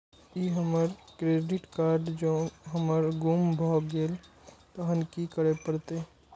ई हमर credit card जौं हमर गुम भ गेल तहन की करे परतै?